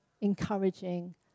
encouraging